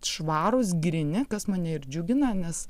švarūs gryni kas mane ir džiugina nes